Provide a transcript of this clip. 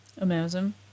Amazing